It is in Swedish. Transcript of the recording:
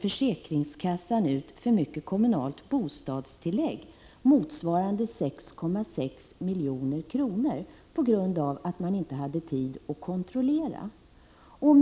försäkringskassan där betalade ut för mycket i kommunalt bostadstillägg, motsvarande 6,6 milj.kr., på grund av att man inte hade tid att kontrollera beloppen.